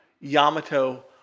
Yamato